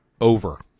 Over